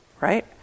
right